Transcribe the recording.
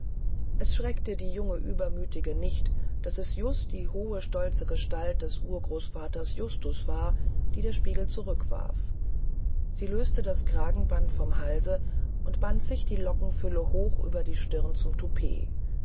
es schreckte die junge uebermütige nicht daß es just die hohe stolze gestalt des urgroßvaters justus war die der spiegel zurückwarf sie löste das lange kragenband vom halse und band sich die lockenfülle hoch über der stirn zum toupet